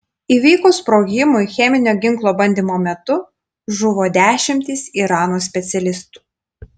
įvykus sprogimui cheminio ginklo bandymo metu žuvo dešimtys irano specialistų